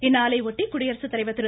இந்நாளை ஒட்டி குடியரசுத்தலைவர் திரு